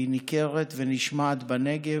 והיא ניכרת ונשמעת בנגב.